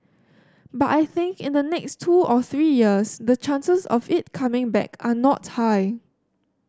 but I think in the next two or three years the chances of it coming back are not high